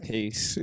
Peace